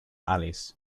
alice